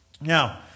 Now